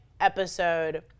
episode